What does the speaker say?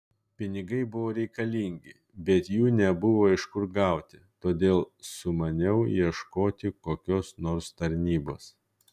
pinigai buvo reikalingi bet jų nebuvo iš kur gauti todėl sumaniau ieškoti kokios nors tarnybos